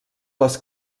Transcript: les